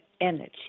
energy